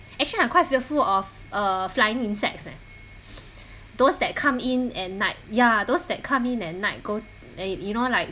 actually I'm quite fearful of uh flying insects eh those that come in at night ya those that come in at night go eh you know like